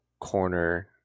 corner